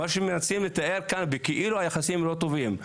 מה שמנסים לתאר כאן זה כאילו היחסים לא טובים.